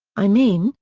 i mean,